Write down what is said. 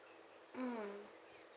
mm